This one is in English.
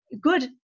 good